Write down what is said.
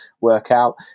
workout